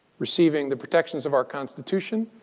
receiving the protections of our constitution,